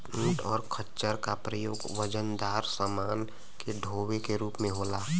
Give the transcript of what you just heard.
ऊंट और खच्चर का प्रयोग वजनदार समान के डोवे के रूप में होला